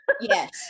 yes